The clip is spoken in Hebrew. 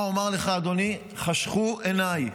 מה אומר לך, אדוני, חשכו עיניי.